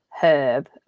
herb